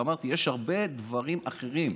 אמרתי: יש הרבה דברים אחרים.